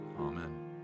Amen